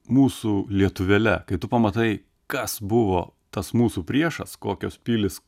mūsų lietuvėle kai tu pamatai kas buvo tas mūsų priešas kokios pilys